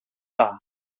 dda